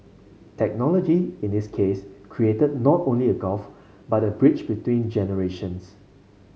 technology in this case created not a gulf but a bridge between generations